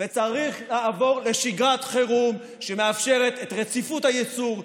וצריך לעבור לשגרת חירום שמאפשרת את רציפות הייצור,